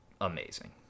amazing